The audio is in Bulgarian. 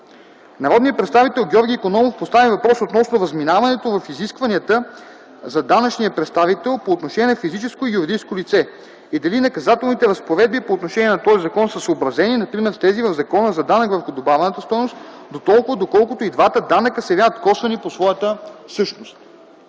Народният представител Георги Икономов постави въпрос относно разминаването в изискванията за данъчния представител по отношение на физическо и юридическо лице. И дали наказателните разпоредби по отношение на този закон са съобразени, например с тези в Закона за данък върху добавената стойност, дотолкова, доколкото и двата данъка се явяват косвени по своята същност.